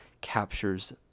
captures